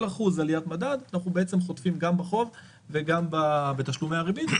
כל אחוז עליית מדד אנחנו בעצם חוטפים גם בחוב וגם בתשלומי הריבית.